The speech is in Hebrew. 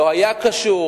לא היה קשור.